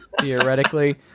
theoretically